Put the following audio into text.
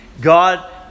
God